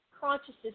consciousness